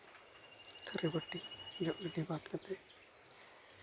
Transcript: ᱛᱷᱟᱹᱨᱤ ᱵᱟᱹᱴᱤ ᱡᱚᱜᱼᱜᱤᱰᱤ ᱵᱟᱫᱽ ᱠᱟᱛᱮᱫ